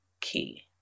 key